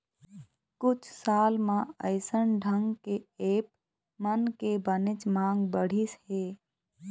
कुछ साल म अइसन ढंग के ऐप मन के बनेच मांग बढ़िस हे